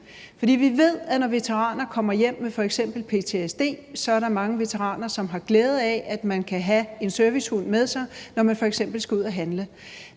For vi ved, at når veteraner kommer hjem med f.eks. ptsd, er der mange veteraner, som har glæde af, at de kan have en servicehund med sig, når man f.eks. skal ud at handle.